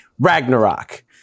Ragnarok